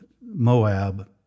Moab